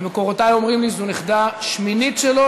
ומקורותי אומרים לי שזו נכדה שמינית שלו,